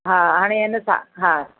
हा हाणे हिनसां हा